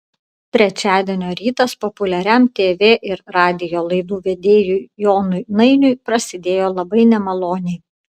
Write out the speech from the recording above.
trečiadienio rytas populiariam tv ir radijo laidų vedėjui jonui nainiui prasidėjo labai nemaloniai